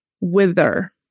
wither